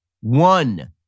one